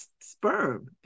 sperm